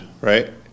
right